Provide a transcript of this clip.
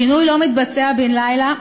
שינוי לא מתבצע בן-לילה,